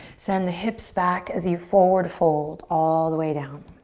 send the hips back as you forward fold all the way down.